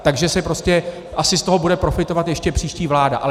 Takže prostě asi z toho bude profitovat ještě příští vláda.